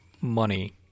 money